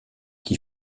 qui